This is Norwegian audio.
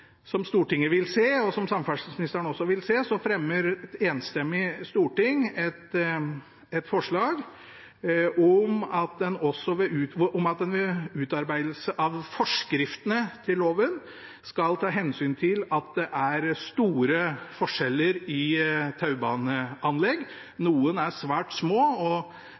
Stortinget vil se, og som samferdselsministeren også vil se, fremmer et enstemmig storting et forslag om at en ved utarbeidelse av forskriftene til loven skal ta hensyn til at det er store forskjeller i taubaneanlegg. Noen er svært små og